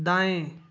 दाएँ